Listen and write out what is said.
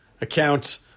account